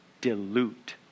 dilute